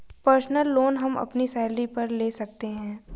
personal loan हम अपनी salary पर ले सकते है